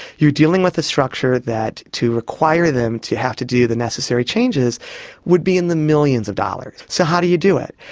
you're dealing with a structure that to require them to have to do the necessary changes would be in the millions of dollars. so how do you do it?